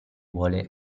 vuole